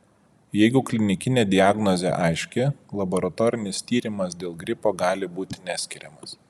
jeigu klinikinė diagnozė aiški laboratorinis tyrimas dėl gripo gali būti neskiriamas